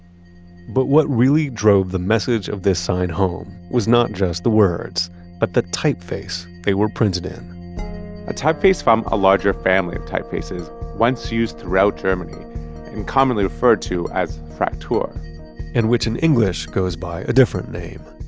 but what really drove the message of this sign home was not just the words but the typeface they were printed in a typeface from a larger family of typefaces once used throughout germany and commonly referred to as fraktur in which in english goes by a different name,